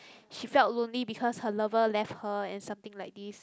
she left lonely because her lover left her and something like this